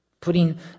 putting